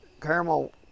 caramel